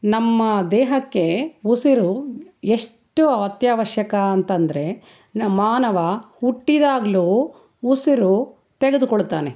ನಮ್ಮ ದೇಹಕ್ಕೆ ಉಸಿರು ಎಷ್ಟು ಅತ್ಯಾವಶ್ಯಕ ಅಂತಂದರೆ ನಮ್ಮ ಮಾನವ ಹುಟ್ಟಿದಾಗ್ಲೂ ಉಸಿರು ತೆಗೆದುಕೊಳ್ತಾನೆ